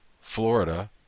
Florida